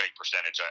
percentage